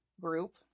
group